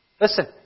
Listen